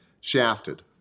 shafted